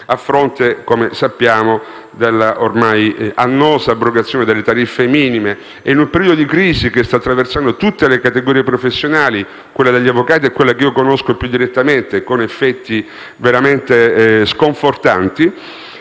a fronte, come sappiamo, dell'ormai annosa abrogazione delle tariffe minime. In un periodo di crisi, come quello che stanno attraversando tutte le categorie professionali (quella degli avvocati è quella che conosco più direttamente) con effetti veramente sconfortanti,